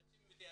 אנשים מתייאשים.